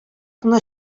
гына